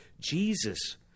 Jesus